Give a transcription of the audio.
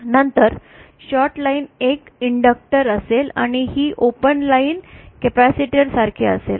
नंतर short line एक inductor असेल आणि ही ओपन लाईन कॅपेसिटर सारखे असेल